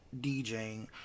DJing